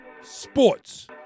sports